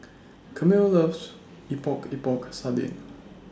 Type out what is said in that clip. Camille loves Epok Epok Sardin